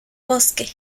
bosque